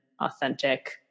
authentic